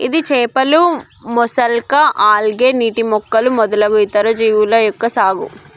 ఇది చేపలు, mollusca, algae, నీటి మొక్కలు మొదలగు ఇతర జీవుల యొక్క సాగు